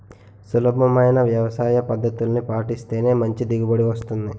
సులభమైన వ్యవసాయపద్దతుల్ని పాటిస్తేనే మంచి దిగుబడి వస్తుంది